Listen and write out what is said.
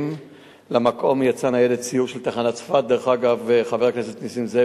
גם את חבר הכנסת רוברט